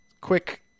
quick